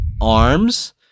arms